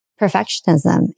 perfectionism